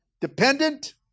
dependent